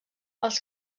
els